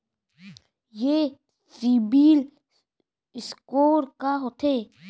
ये सिबील स्कोर का होथे?